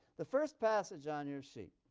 the first passage on your sheet.